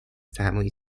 family